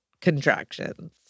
contractions